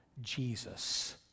Jesus